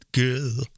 girl